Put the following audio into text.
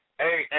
Hey